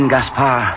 Gaspar